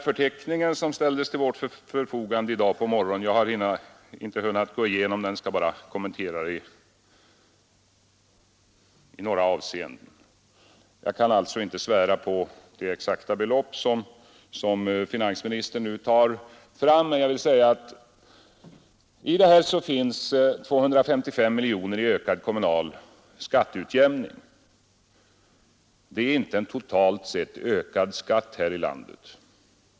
Förteckningen, som ställdes till vårt förfogande i dag på morgonen, har jag inte hunnit gå igenom, och jag skall bara kommentera den i några avseenden. Jag kan inte svära på de exakta belopp som finansministern tar fram, men jag vill säga att 255 miljoner i ökad kommunal skatteutjämning inte är en totalt sett ökad skatt här i landet.